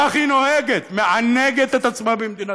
כך היא נוהגת, מענגת את עצמה במדינתה.